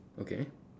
okay